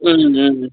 ம் ம்